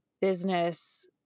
business